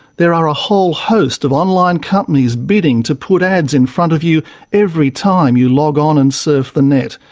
there are a whole host of online companies bidding to put ads in front of you every time you log on and surf the net.